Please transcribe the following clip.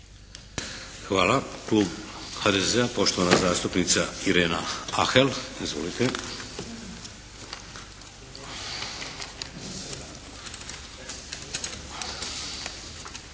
Hvala. Klub HDZ-a poštovana zastupnica Irena Ahel. **Ahel,